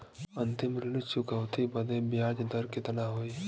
अंतिम ऋण चुकौती बदे ब्याज दर कितना होई?